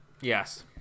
Yes